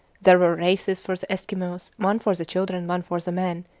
there were races for the eskimos, one for the children, one for the men,